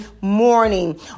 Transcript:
morning